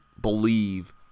believe